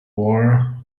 war